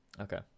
Okay